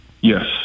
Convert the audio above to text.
Yes